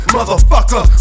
Motherfucker